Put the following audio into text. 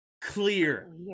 Clear